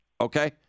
okay